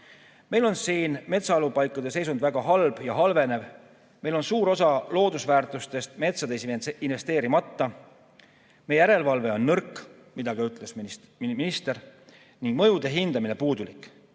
Meie metsaelupaikade seisund on väga halb ja halveneb. Meil on suur osa loodusväärtustest metsades investeerimata. Meie järelevalve on nõrk, mida ütles ka minister, ning mõjude hindamine puudulik.